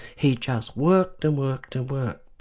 he just worked and worked and worked,